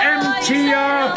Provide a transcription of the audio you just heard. mtr